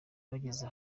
bageze